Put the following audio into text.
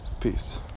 peace